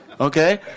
Okay